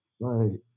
Right